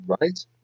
right